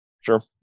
sure